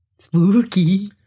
Spooky